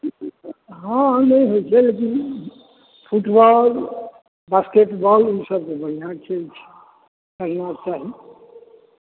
हॅं नहि होइ छै लेकिन फुटबॉल बास्केट बॉल ई सभ भी बढ़िऑं खेल छै खेलना चाही